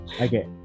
okay